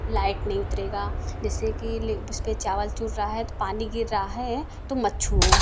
light नहीं उतरेगा जैसे कि उसपे चावल चुर रहा है तो पानी गिर रहा है तो मत छूओ